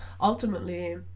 Ultimately